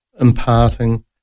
imparting